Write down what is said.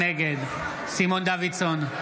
נגד סימון דוידסון,